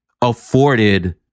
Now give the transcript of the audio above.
afforded